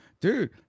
dude